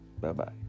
Bye-bye